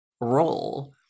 role